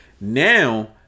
Now